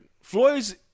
Floyd's